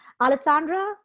Alessandra